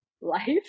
life